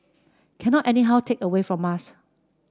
cannot anyhow take away from us